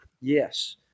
Yes